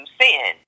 sin